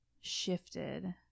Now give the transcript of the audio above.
shifted